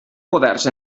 poders